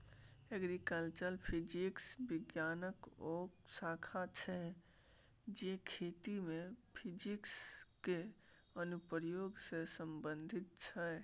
agriculture physics बिज्ञानक ओ शाखा छै जे खेती मे फिजिक्स केर अनुप्रयोग सँ संबंधित छै